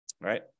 right